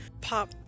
pop